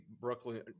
Brooklyn